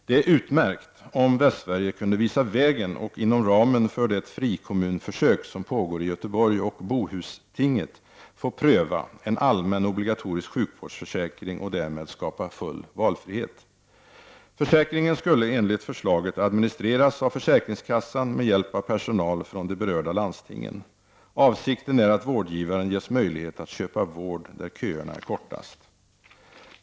Det är utmärkt om Västsverige kunde visa vägen och inom ramen för det frikommunförsök som pågår i Göteborg och Bohuslandstinget få pröva en allmän obligatorisk sjukvårdsförsäkring och därmed skapa full valfrihet. Försäkringen skulle enligt förslaget administreras av försäkringskassan med hjälp av personal från de berörda landstingen. Avsikten är att vårdgivaren ges möjlighet att köpa vård där köerna är kortast.